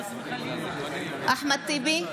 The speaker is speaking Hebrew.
בעד אחמד טיבי,